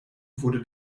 wurde